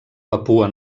papua